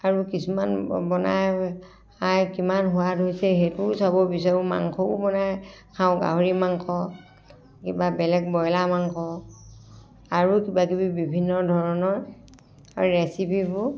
আৰু কিছুমান বনাই খাই কিমান সোৱাদ হৈছে সেইটোও চাব বিচাৰোঁ মাংসও বনাই খাওঁ গাহৰি মাংস কিবা বেলেগ ব্ৰয়লাৰ মাংস আৰু কিবা কিবি বিভিন্ন ধৰণৰ ৰেচিপিবোৰ